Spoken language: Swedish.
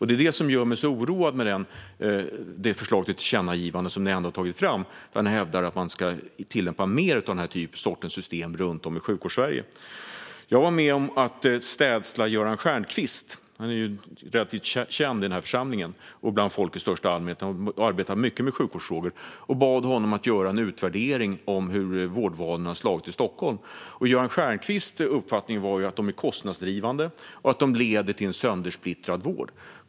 Det är det som gör mig oroad av det förslag till tillkännagivande som ni har tagit fram, där ni hävdar att man ska tillämpa mer av den här sortens system runt om i Sjukvårdssverige. Jag var med om att städsla Göran Stiernstedt - han är relativt känd i den här församlingen och bland folk i största allmänhet - som har arbetat mycket med sjukvårdsfrågor. Vi bad honom att göra en utvärdering av hur vårdvalen har slagit i Stockholm, och hans uppfattning var att de är kostnadsdrivande och att de leder till en söndersplittrad vård.